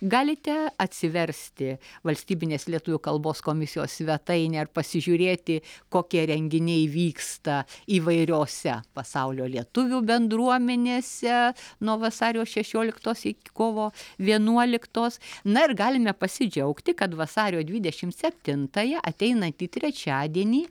galite atsiversti valstybinės lietuvių kalbos komisijos svetainę ir pasižiūrėti kokie renginiai vyksta įvairiose pasaulio lietuvių bendruomenėse nuo vasario šešioliktos iki kovo vienuoliktos na ir galime pasidžiaugti kad vasario dvidešimt septintąją ateinantį trečiadienį